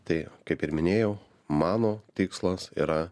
tai kaip ir minėjau mano tikslas yra